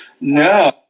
No